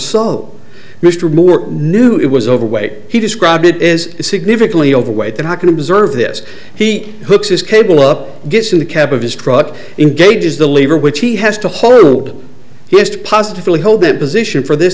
solo mr moore knew it was overweight he described it is significantly overweight and i can observe this he hooks his cable up gets in the cab of his truck and gauges the lever which he has to hold just positively hold that position for this